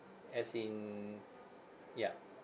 as in ya